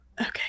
Okay